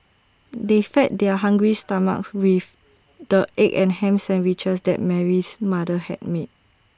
they fed their hungry stomachs with the egg and Ham Sandwiches that Mary's mother had made